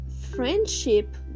friendship